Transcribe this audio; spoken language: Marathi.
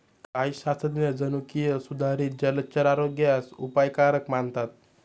काही शास्त्रज्ञ जनुकीय सुधारित जलचर आरोग्यास अपायकारक मानतात